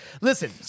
Listen